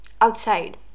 outside